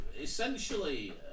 essentially